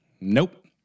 Nope